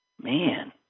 Man